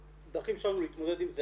הדרכים שלנו להתמודד עם זה,